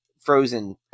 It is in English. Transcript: frozen